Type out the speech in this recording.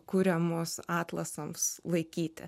kuriamos atlasams laikyti